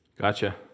Gotcha